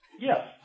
Yes